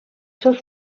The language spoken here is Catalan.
seus